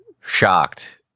shocked